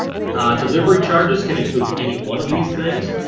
delivery charges can include any one of these things.